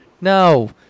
No